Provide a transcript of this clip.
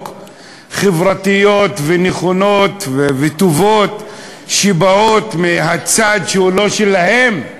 חברתיות ונכונות וטובות שבאות מהצד שהוא לא שלהם?